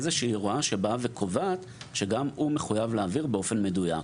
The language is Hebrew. איזושהי הוראה שבאה וקובעת שגם הוא מחויב להעביר באופן מדויק.